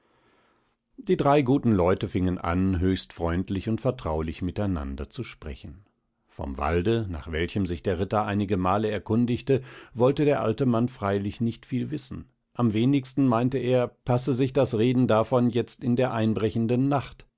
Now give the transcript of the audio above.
die drei guten leute fingen an höchst freundlich und vertraulich miteinander zu sprechen vom walde nach welchem sich der ritter einige male erkundigte wollte der alte mann freilich nicht viel wissen am wenigsten meinte er passe sich das reden davon jetzt in der einbrechenden nacht